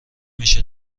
میشه